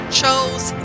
chose